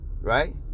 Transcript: right